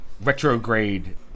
retrograde